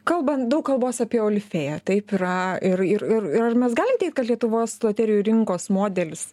kalbant daug kalbos apie olifėja taip yra ir ir ir ir ar mes galim teigt kad lietuvos loterijų rinkos modelis